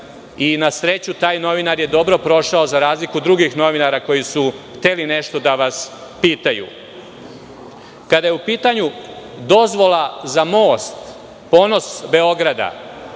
i na sreću taj novinar je dobro prošao za razliku od drugih novinara koji su hteli nešto da vas pitaju. Kada je u pitanju dozvola za most, ponos Beograda,